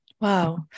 Wow